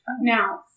Now